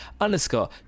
underscore